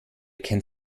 kennt